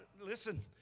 Listen